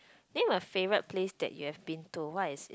then my favourite place that you have been to what is it